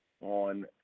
on